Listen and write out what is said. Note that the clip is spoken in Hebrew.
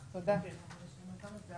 עוסקת --- שגית, זה לא הוגן,